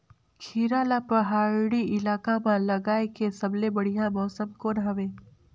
खीरा ला पहाड़ी इलाका मां लगाय के सबले बढ़िया मौसम कोन हवे?